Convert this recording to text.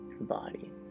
body